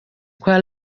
kwa